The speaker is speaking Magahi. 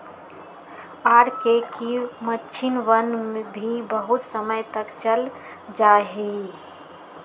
आर.के की मक्षिणवन भी बहुत समय तक चल जाहई